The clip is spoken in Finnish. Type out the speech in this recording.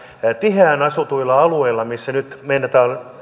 tiheään asutuilla alueilla missä nyt meinataan